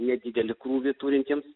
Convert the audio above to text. nedidelį krūvį turintiems